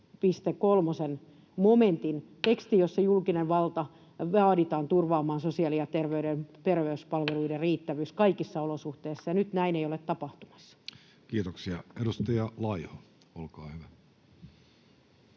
koputtaa] jossa julkista valtaa vaaditaan turvaamaan sosiaali- ja terveyspalveluiden riittävyys kaikissa olosuhteissa. Nyt näin ei ole tapahtumassa. Kiitoksia. — Edustaja Laiho, olkaa hyvä.